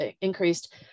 increased